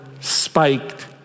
spiked